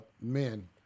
men